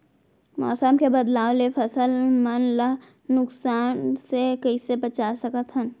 मौसम के बदलाव ले फसल मन ला नुकसान से कइसे बचा सकथन?